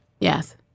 Yes